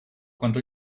quando